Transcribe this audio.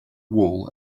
wool